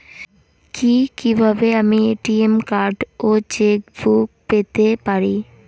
কি কিভাবে আমি এ.টি.এম কার্ড ও চেক বুক পেতে পারি?